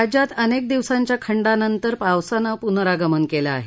राज्यात अनेक दिवसांच्या खंडानंतर पावसानं पुनरागमन केलं आहे